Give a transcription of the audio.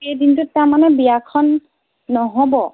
এই দিনটোত তাৰমানে বিয়াখন নহ'ব